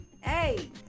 hey